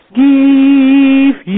give